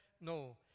no